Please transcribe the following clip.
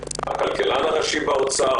הכלכלן הראשי באוצר,